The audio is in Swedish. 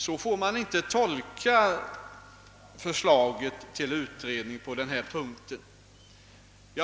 Så får man inte tolka förslaget om utredning på denna punkt.